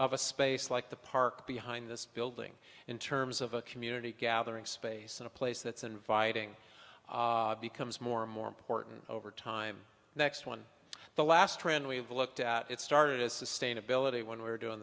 of a space like the park behind this building in terms of a community gathering space in a place that's inviting becomes more and more important over time next one the last trend we've looked at it started as sustainability when we were doing